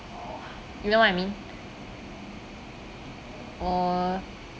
you know what I mean uh